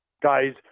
Guys